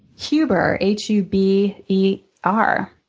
huber, h u b e r.